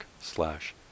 slash